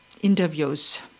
interviews